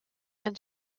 and